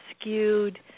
skewed